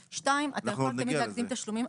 שתיים, אתה יכול תמיד להקדים תשלומים.